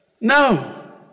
No